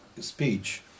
speech